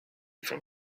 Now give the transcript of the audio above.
from